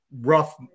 rough